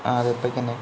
ആ അതെ ഇപ്പക്കന്നെ